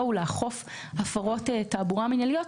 הוא לאכוף הפרות תעבורה מינהליות,